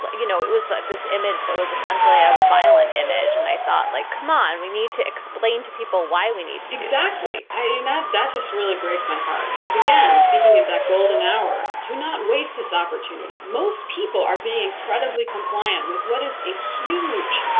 like you know, it was like this image that was essentially a violent image. and i thought, like, c'mon, we need to explain to people why we need exactly. i mean, you know that just really breaks my heart because again, speaking of that golden hour, do not waste this opportunity. most people are being incredibly compliant with what is a huge,